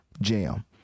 jam